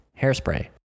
Hairspray